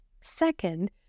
Second